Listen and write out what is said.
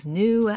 new